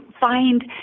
find